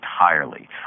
entirely